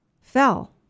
fell